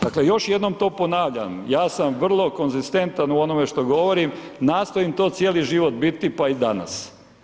Dakle, još jednom to ponavljam, ja sa vrlo konzistentan u onome što govorim, nastojim to cijeli život biti pa i danas.